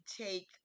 take